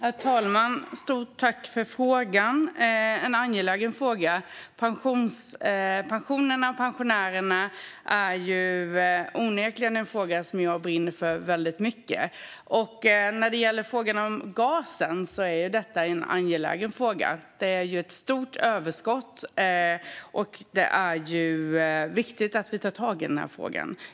Herr talman! Jag tackar ledamoten för en angelägen fråga. Pensionerna och pensionärerna är onekligen en fråga som jag brinner för. Frågan om gasen är viktig. Det stämmer att det finns ett stort överskott, och det är viktigt att vi tar tag i frågan.